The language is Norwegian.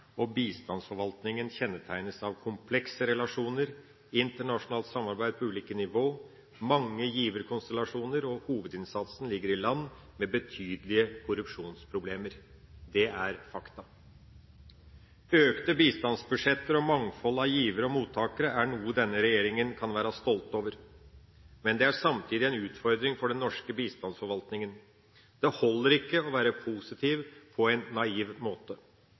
land. Bistandsforvaltningen kjennetegnes av komplekse relasjoner, internasjonalt samarbeid på ulike nivå, mange giverkonstellasjoner, og hovedinnsatsen ligger i land med betydelige korrupsjonsproblemer. Det er fakta. Økte bistandsbudsjetter og mangfold av givere og mottakere er noe denne regjeringa kan være stolt over. Men det er samtidig en utfordring for den norske bistandsforvaltningen. Det holder ikke å være positiv på en naiv måte.